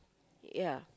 yeah